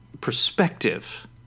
perspective